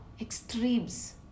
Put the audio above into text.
extremes